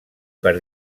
per